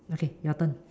okay your turn